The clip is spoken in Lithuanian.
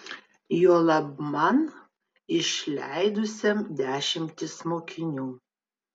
juolab man išleidusiam dešimtis mokinių